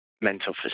mental